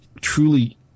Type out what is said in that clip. truly